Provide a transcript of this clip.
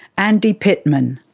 andy pitman.